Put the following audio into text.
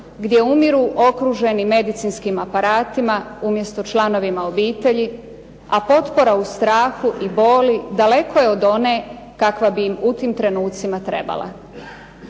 gdje umiru okruženi medicinskim aparatima umjesto članovima obitelji, a potpora u strahu i boli daleko je od one kakva bi im u tim trenucima trebala.